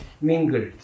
mingled